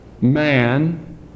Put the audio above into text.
man